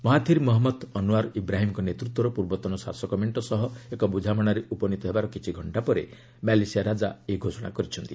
Mahathir Mohamad Anwar ଇବ୍ରାହିମ୍ଙ୍କ ନେତୃତ୍ୱର ପୂର୍ବତନ ଶାସକ ମେଣ୍ଟ ସହ ଏକ ବୁଝାମଣାରେ ଉପନୀତ ହେବାର କିଛି ଘଙ୍କା ପରେ ମ୍ୟାଲେସିଆ ରାଜା ଏହି ଘୋଷଣା କରିଛନ୍ତି